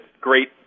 great